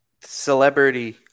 celebrity